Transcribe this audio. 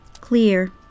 Clear